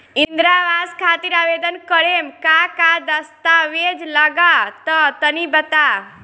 इंद्रा आवास खातिर आवेदन करेम का का दास्तावेज लगा तऽ तनि बता?